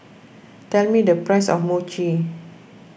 tell me the price of Mochi